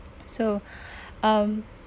so um